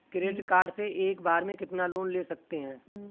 Credit card से एक बार में कितना लोन ले सकते हैं?